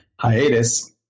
hiatus